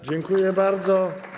Dziękuję bardzo.